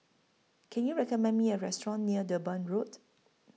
Can YOU recommend Me A Restaurant near Durban Road